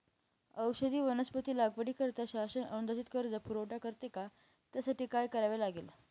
औषधी वनस्पती लागवडीकरिता शासन अनुदानित कर्ज पुरवठा करते का? त्यासाठी काय करावे लागेल?